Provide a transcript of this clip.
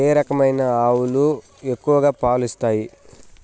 ఏ రకమైన ఆవులు ఎక్కువగా పాలు ఇస్తాయి?